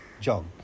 jog